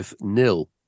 nil